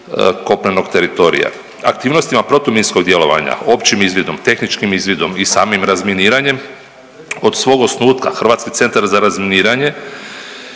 kopnenog teritorija. Aktivnostima protuminskog djelovanja, općim izvidom, tehničkim izvidom i samim razminiranjem od svog osnutka Hrvatski centar za razminiranje